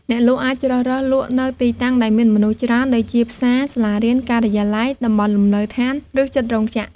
អ្នកលក់អាចជ្រើសរើសលក់នៅទីតាំងដែលមានមនុស្សច្រើនដូចជាផ្សារ សាលារៀន ការិយាល័យ តំបន់លំនៅដ្ឋាន ឬជិតរោងចក្រ។